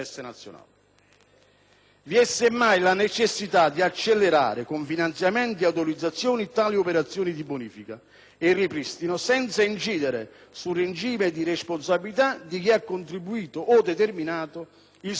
Vi è semmai la necessità di accelerare, con finanziamenti e autorizzazioni, tali operazioni di bonifica e ripristino, senza incidere sul regime di responsabilità di chi ha contribuito o determinato il sorgere dell'inquinamento.